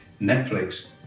Netflix